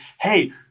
hey